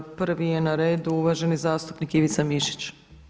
Prvi je na redu uvaženi zastupnik Ivica Mišić.